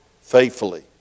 faithfully